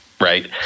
right